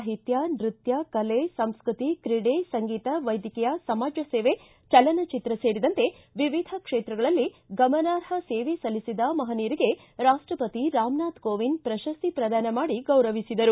ಸಾಹಿತ್ವ ನೃತ್ವ ಕಲೆ ಸಂಸ್ಟೃತಿ ಕ್ರೀಡೆ ಸಂಗೀತ ವೈದ್ವಕೀಯ ಸಮಾಜ ಸೇವೆ ಚಲನಚಿತ್ರ ಸೇರಿದಂತೆ ವಿವಿಧ ಕ್ಷೇತ್ರಗಳಲ್ಲಿ ಗಮನಾರ್ಹ ಸೇವೆ ಸಲ್ಲಿಸಿದ ಮಹನೀಯರಿಗೆ ರಾಷ್ಷವತಿ ರಾಮನಾಥ ಕೋವಿಂದ್ ಪ್ರಶಸ್ತಿ ಪ್ರದಾನ ಮಾಡಿ ಗೌರವಿಸಿದರು